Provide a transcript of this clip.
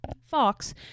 Fox